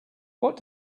what